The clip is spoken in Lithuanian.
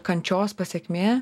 kančios pasekmė